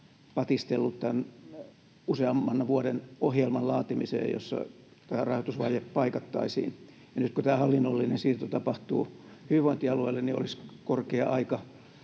patistellut useamman vuoden ohjelman laatimiseen, jossa rahoitusvaje paikattaisiin. Nyt kun tämä hallinnollinen siirto tapahtuu hyvinvointialueille, niin olisi korkea aika